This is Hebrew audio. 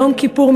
יום כיפור,